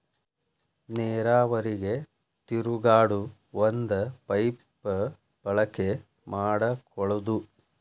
ನೇರಾವರಿಗೆ ತಿರುಗಾಡು ಒಂದ ಪೈಪ ಬಳಕೆ ಮಾಡಕೊಳುದು